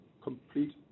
complete